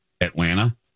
Atlanta